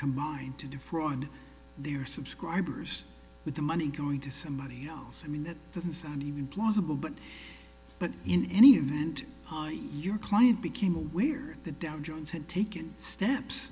combined to defraud their subscribers with the money going to somebody else i mean that doesn't sound even plausible but but in any event your client became a weird the dow jones had taken steps